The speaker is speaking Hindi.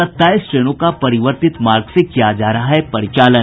सत्ताईस ट्रेनों का परिवर्तित मार्ग से किया जा रहा है परिचालन